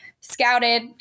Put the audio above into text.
scouted